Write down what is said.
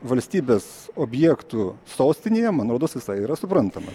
valstybės objektų sostinėje man rodos visai yra suprantama